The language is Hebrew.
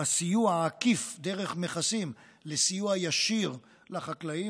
הסיוע העקיף דרך מכסים לסיוע ישיר לחקלאים